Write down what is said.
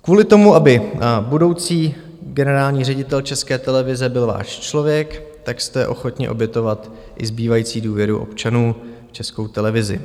Kvůli tomu, aby budoucí generální ředitel České televize byl váš člověk, tak jste ochotni obětovat i zbývající důvěru občanů v Českou televizi.